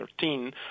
2013